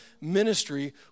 ministry